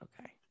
Okay